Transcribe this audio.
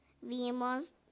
vimos